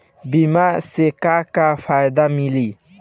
बीमा से का का फायदा मिली?